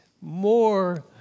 more